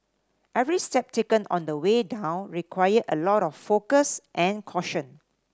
every step taken on the way down required a lot of focus and caution